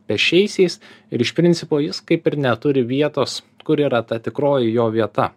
pėsčiaisiais ir iš principo jis kaip ir neturi vietos kur yra ta tikroji jo vieta